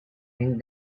une